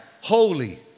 holy